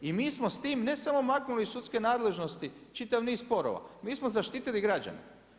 I mi smo s time ne samo maknuli iz sudske nadležnosti čitav niz sporova, mi smo zaštitili građane.